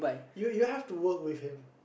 you you have to work with him